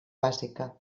bàsica